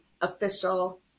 official